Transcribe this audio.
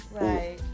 Right